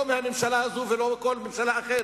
לא מהממשלה הזאת ולא מכל ממשלה אחרת.